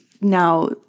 now